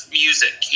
music